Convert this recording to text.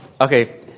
Okay